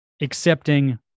accepting